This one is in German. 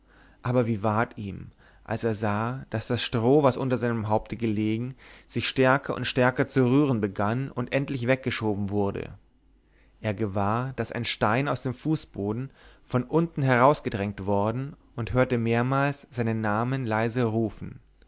aber wie ward ihm als er sah daß das stroh was unter seinem haupte gelegen sich stärker und stärker zu rühren begann und endlich weggeschoben wurde er gewahrte daß ein stein aus dem fußboden von unten herausgedrängt worden und hörte mehrmals seinen namen leise rufen